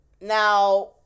Now